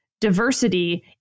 diversity